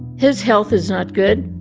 his health is not good,